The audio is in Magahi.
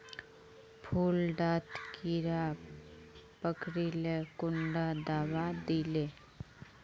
फुल डात कीड़ा पकरिले कुंडा दाबा दीले?